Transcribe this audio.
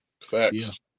Facts